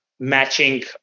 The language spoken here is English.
matching